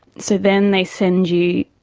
so then they send you